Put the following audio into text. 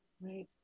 Right